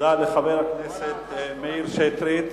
תודה לחבר הכנסת מאיר שטרית.